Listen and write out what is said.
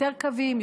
יותר קווים,